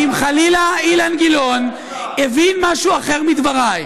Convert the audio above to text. אז אני עונה: אם חלילה אילן גילאון הבין משהו אחר מדבריי,